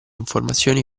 informazioni